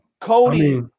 Cody